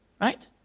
right